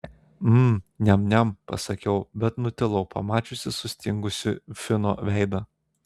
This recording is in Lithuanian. mm niam niam pasakiau bet nutilau pamačiusi sustingusį fino veidą